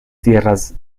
tierras